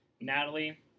Natalie